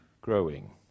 growing